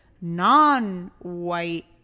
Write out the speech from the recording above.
non-white